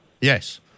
Yes